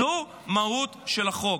זו המהות של החוק.